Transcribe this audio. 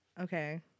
Okay